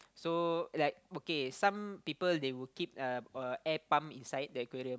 so like okay some people they will keep uh a air pump inside the aquarium